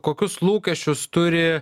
kokius lūkesčius turi